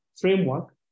framework